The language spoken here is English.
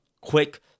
Quick